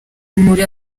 muri